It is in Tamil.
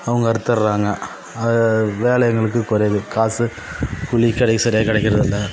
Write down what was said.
அவங்க அறுத்தடுறாங்க அது வேலை எங்களுக்கு குறைவு காசு கூலி கிடை சரியாக கிடைக்கிறதில்ல